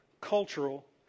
cultural